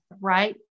right